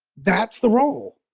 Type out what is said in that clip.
that's the role.